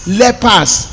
lepers